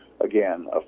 again